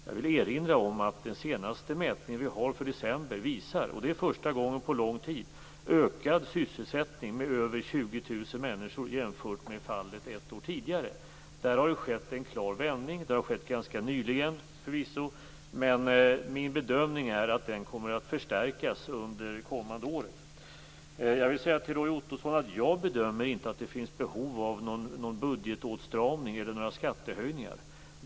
Jag vill erinra om att den senaste mätningen, för december, för första gången på lång tid visar ökad sysselsättning med över 20 000 människor jämfört med vad som var fallet ett år tidigare. Där har det skett en klar vändning. Det var förvisso ganska nyligen, men min bedömning är att detta kommer att förstärkas under det kommande året. Jag vill säga till Roy Ottosson att jag inte bedömer att det finns behov av någon budgetåtstramning eller några skattehöjningar.